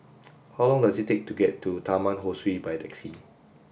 how long does it take to get to Taman Ho Swee by taxi